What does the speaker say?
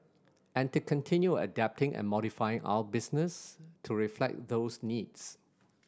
and to continue adapting and modifying our business to reflect those needs